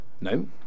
No